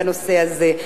בנושא הזה,